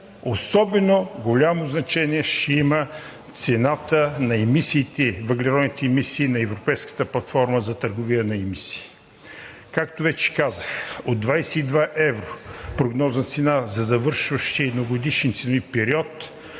особено голямо значение ще има цената на въглеродните емисии на Европейската платформа за търговия на емисии. Както вече казах, от 22 евро прогнозна цена на завършващи едногодишни цени в период